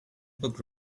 bug